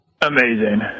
amazing